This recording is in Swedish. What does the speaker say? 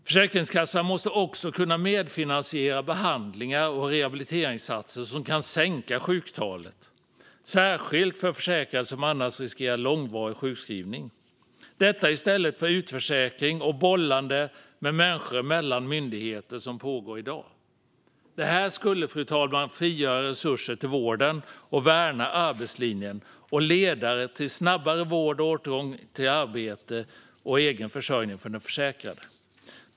Försäkringskassan måste också kunna medfinansiera behandlingar och rehabiliteringsinsatser som kan sänka sjuktalet, särskilt för försäkrade som annars riskerar långvarig sjukskrivning, detta i stället för utförsäkring och det bollande med människor mellan myndigheter som pågår i dag. Detta skulle, fru talman, frigöra resurser till vården och värna arbetslinjen samt leda till snabbare vård och återgång till arbete och egen försörjning för den försäkrade.